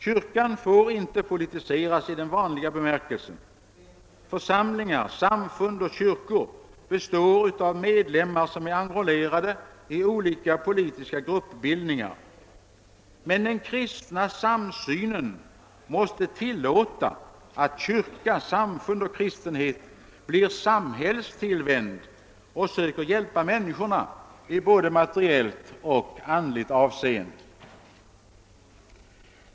Kyrkan får inte politiseras i den brukliga bemärkelsen. Församlingar, samfund och kyrkor består av medlemmar som är enrollerade i olika politiska gruppbildningar. Men den kristna samsynen måste tillåta att kyrka, samfund och kristenhet blir samhällstillvända och söker hjälpa människorna i både materiellt och andligt avseende.